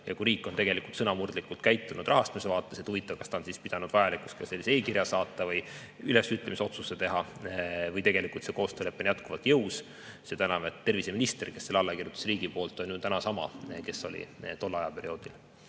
ja kui riik on tegelikult sõnamurdlikult käitunud rahastamise vaates, siis kas ta on pidanud vajalikuks ka e-kiri saata või ülesütlemisotsus teha või tegelikult see koostöölepe on jätkuvalt jõus. Seda enam, et terviseminister, kes selle alla kirjutas riigi poolt, on täna sama, kes oli tollel ajaperioodil.